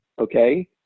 okay